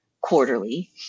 quarterly